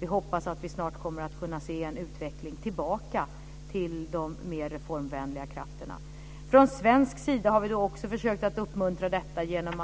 Vi hoppas att vi snart kommer att kunna se en utveckling tillbaka till de mer reformvänliga krafterna. Från svensk sida har vi försökt uppmuntra det genom